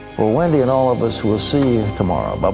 for wendy and all of us, we'll see tomorrow. but